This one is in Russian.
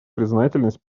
признательность